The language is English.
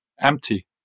empty